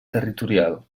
territorial